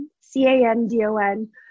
C-A-N-D-O-N